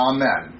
Amen